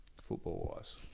football-wise